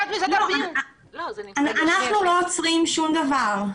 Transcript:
אנחנו לא עוצרים שום דבר.